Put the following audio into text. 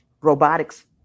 Robotics